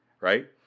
right